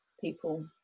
People